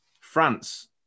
France